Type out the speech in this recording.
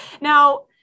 Now